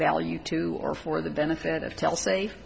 value to or for the benefit of tel safe